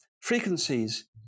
frequencies